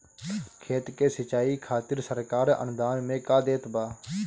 खेत के सिचाई खातिर सरकार अनुदान में का देत बा?